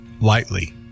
lightly